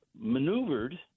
maneuvered